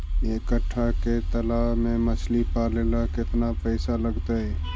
एक कट्ठा के तालाब में मछली पाले ल केतना पैसा लगतै?